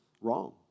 wrong